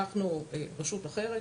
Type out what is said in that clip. אנחנו רשות אחרת,